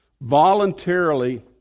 voluntarily